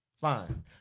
fine